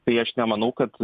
tai aš nemanau kad